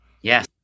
Yes